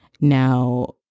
Now